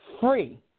Free